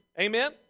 Amen